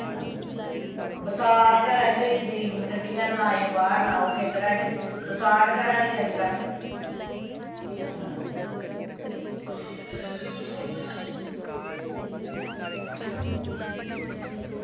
हां बसार घरै दी होई जंदी गंढियां लाए बाह्र लाओ खेत्तरै च बसार घरा दी अजकल्ल